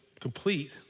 complete